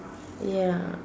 ya